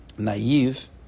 Naive